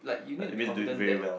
like always do it very well